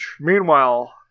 Meanwhile